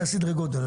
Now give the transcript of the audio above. אלה סדרי הגודל.